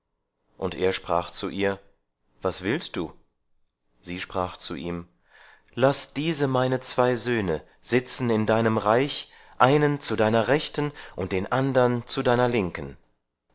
und er sprach zu ihr was willst du sie sprach zu ihm laß diese meine zwei söhne sitzen in deinem reich einen zu deiner rechten und den andern zu deiner linken